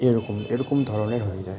এরকম এরকম ধরনের হয়ে যায়